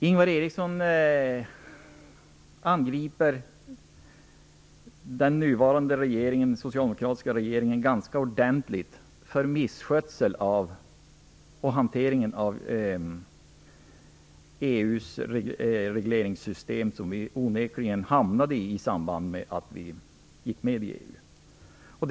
Ingvar Eriksson angriper den nuvarande socialdemokratiska regeringen ganska ordentligt för misskötsel vad beträffar hanteringen av EU:s regleringssystem, som vi onekligen hamnade i då vi gick med i EU.